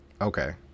Okay